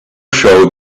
showed